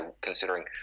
considering